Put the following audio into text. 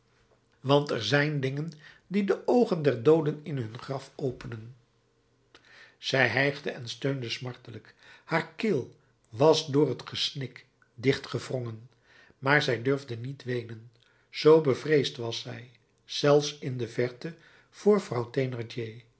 want er zijn dingen die de oogen der dooden in hun graf openen zij hijgde en steunde smartelijk haar keel was door het gesnik dicht gewrongen maar zij durfde niet weenen zoo bevreesd was zij zelfs in de verte voor vrouw